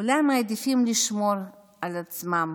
אולי הם מעדיפים לשמור על עצמם